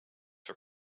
for